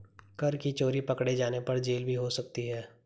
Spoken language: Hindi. कर की चोरी पकडे़ जाने पर जेल भी हो सकती है